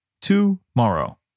tomorrow